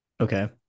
Okay